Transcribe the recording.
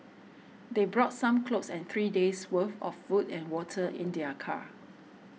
they brought some clothes and three days' worth of food and water in their car